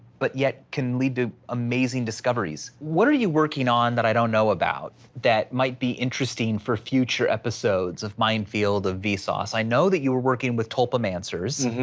but yet can lead to amazing discoveries. what are you working on that i don't know about that might be interesting. for future episodes of mind field of vsauce, i know that you were working with tulpamancers.